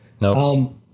No